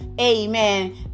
Amen